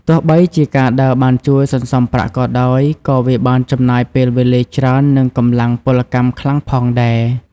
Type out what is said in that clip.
ទោះបីជាការដើរបានជួយសន្សំប្រាក់ក៏ដោយ ក៏វាបានចំណាយពេលវេលាច្រើននិងកម្លាំងពលកម្មខ្លាំងផងដែរ។